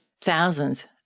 thousands